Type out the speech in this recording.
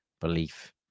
belief